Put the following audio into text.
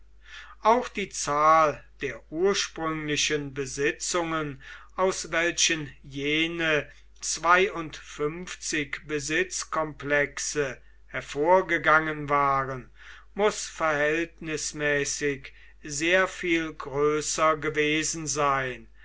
auch die zahl der ursprünglichen besitzungen aus welchen jene zwei besitz komplexe hervorgegangen waren muß verhältnismäßig sehr viel größer gewesen sein